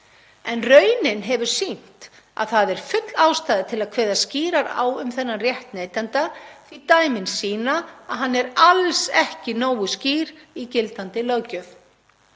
Raunin hefur sýnt að það er full ástæða til að kveða skýrar á um þennan rétt neytenda því dæmin sýna að hann er alls ekki nógu skýr í gildandi löggjöf.